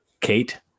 Kate